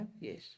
Yes